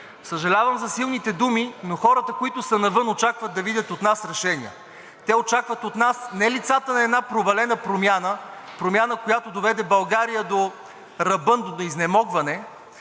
Съжалявам за силните думи, но хората, които са навън, очакват да видят от нас решения. Те очакват от нас не лицата на една провалена промяна – Промяна, която доведе България до ръба, до изнемогване,